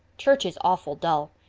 church is awful dull.